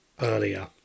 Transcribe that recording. earlier